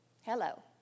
Hello